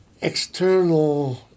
external